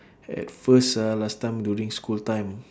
at first ah last time during school time